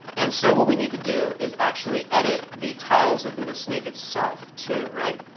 and so what we need to do is actually edit the tiles within the snake itself, too, right?